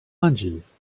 hunches